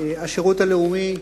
השירות הלאומי,